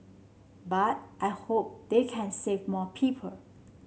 but I hope they can save more people